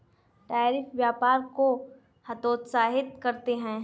tariff व्यापार को हतोत्साहित करते हैं